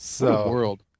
World